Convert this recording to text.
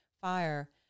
fire